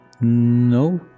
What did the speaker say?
No